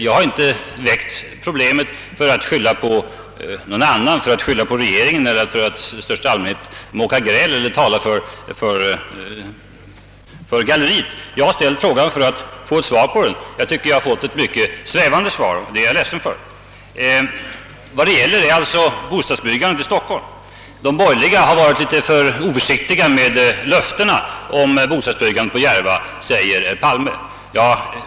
Jag har inte väckt frågan för att skylla på regeringen eller för att i största allmänhet mucka gräl eller tala för något galleri. Jag har ställt frågan för att få ett svar på den, och jag tycker att jag fått ett mycket svävande svar. Det är jag ledsen över. Det gäller alltså bostadsbyggandet i Stockholm. De borgerliga har varit litet oförsiktiga med löftena om bostadsbyggandet på Järvafältet, säger herr Palme.